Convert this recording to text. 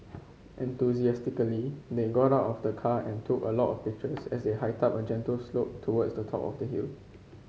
enthusiastically they got out of the car and took a lot of pictures as they hiked up a gentle slope towards the top of the hill